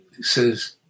says